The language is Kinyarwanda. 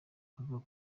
avuga